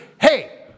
hey